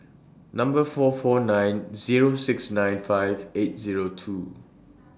Number four four nine Zero six nine five eight Zero two